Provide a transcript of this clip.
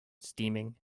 steaming